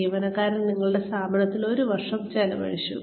ജീവനക്കാരൻ നിങ്ങളുടെ സ്ഥാപനത്തിൽ ഒരു വർഷം ചെലവഴിച്ചു